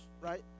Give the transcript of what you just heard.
right